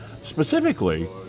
Specifically